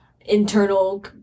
internal